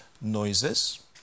noises